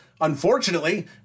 unfortunately